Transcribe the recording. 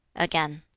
again,